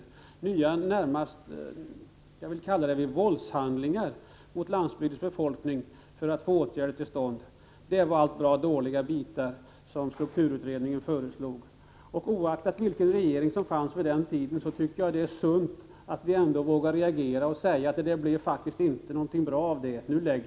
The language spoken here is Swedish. Jag vill närmast kalla detta våldshandlingar mot landsbygdens befolkning. Det var allt bra dåliga bitar som strukturutredningen föreslog. Och oaktat vilken regering som genomförde detta är det sunt att vi ändå vågar reagera och säga: Det där blev inte bra, nu lägger vi det i lådan.